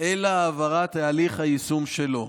אלא הבהרת הליך היישום שלו.